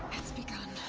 it's begun!